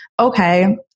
okay